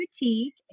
Boutique